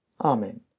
Amen